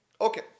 Okay